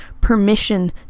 permission